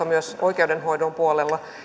myös oikeudenhoidon puolella